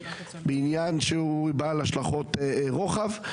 בעניין שהוא בעל השלכות רוחב,